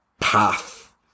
path